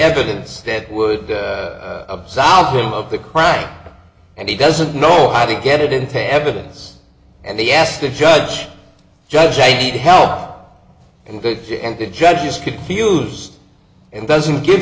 evidence that would absolve him of the crime and he doesn't know how to get it into evidence and he asked the judge judge i need help and visit and the judge's confused and doesn't give